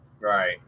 Right